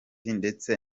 ndetse